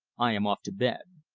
i am off to bed.